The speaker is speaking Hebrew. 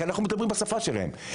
כי אנחנו מדברים בשפה שלהם.